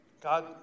God